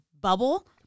bubble